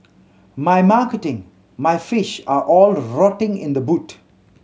my marketing my fish are all rotting in the boot